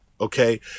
okay